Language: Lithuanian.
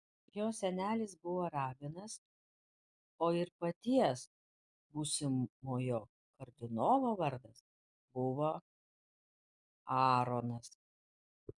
jo senelis buvo rabinas o ir paties būsimojo kardinolo vardas buvo aaronas